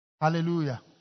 Hallelujah